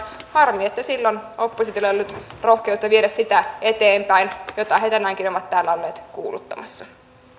harmi että silloin oppositiolla ei ollut rohkeutta viedä sitä eteenpäin jota he tänäänkin ovat täällä olleet kuuluttamassa